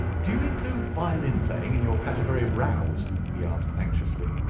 do you include violin-playing in your category of rows? he asked, anxiously.